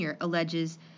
alleges